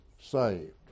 saved